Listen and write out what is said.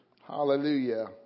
Hallelujah